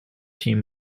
team